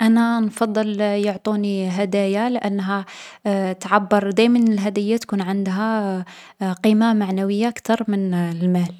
أنا نفضّل يعطوني هدايا لأنها تعبّر دايما الهدية تكون عندها قيمة معنوية كتر من المال.